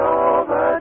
over